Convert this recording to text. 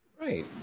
Right